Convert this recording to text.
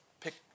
pick